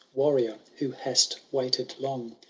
warrior, who hast waited long.